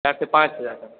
चार से पाँच हज़ार तक